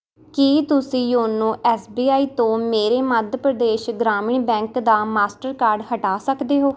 ਕੀ ਤੁਸੀਂਂ YONO S B I ਤੋਂ ਮੇਰੇ ਮੱਧ ਪ੍ਰਦੇਸ਼ ਗ੍ਰਾਮੀਣ ਬੈਂਕ ਦਾ ਮਾਸਟਰ ਕਾਰਡ ਹਟਾ ਸਕਦੇ ਹੋ